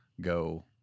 go